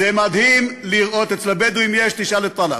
זה מדהים לראות, אין מחמֵד.